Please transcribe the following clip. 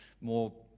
more